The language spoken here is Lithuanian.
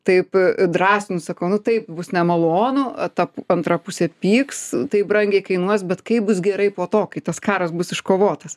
taip drąsinu sakau nu taip bus nemalonu ta antra pusė pyks tai brangiai kainuos bet kaip bus gerai po to kai tas karas bus iškovotas